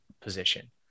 position